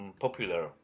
popular